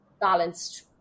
balanced